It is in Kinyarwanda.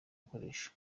ukoresha